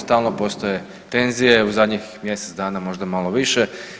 Stalno postoje tenzije u zadnjih mjesec dana, možda malo više.